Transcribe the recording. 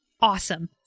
awesome